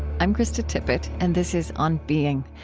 i'm krista tippett and this is on being.